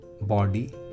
body